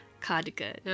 cardigan